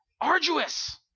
arduous